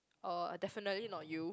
oh definitely not you